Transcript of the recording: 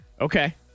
Okay